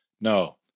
No